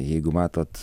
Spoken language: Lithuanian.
jeigu matot